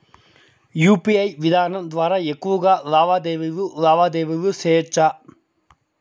UPI విధానం ద్వారా ఎక్కువగా లావాదేవీలు లావాదేవీలు సేయొచ్చా?